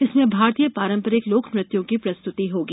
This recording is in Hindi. इसमें भारतीय पारंपरिक लोकनृत्यों की प्रस्तुति होगी